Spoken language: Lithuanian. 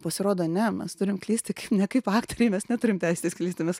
pasirodo ne mes turime klysti ne kaip aktoriai mes neturim teisės klysti mes